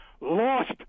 lost